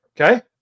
Okay